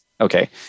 Okay